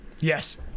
Yes